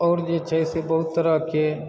आओर जे छै से बहुत तरहके